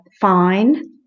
fine